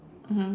mmhmm